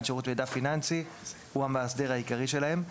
שירות מידע פיננסי הוא המאסדר העיקרי שלהם.